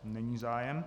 Není zájem.